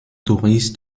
touristes